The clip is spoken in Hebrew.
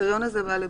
בתקנה זו,